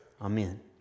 Amen